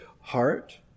heart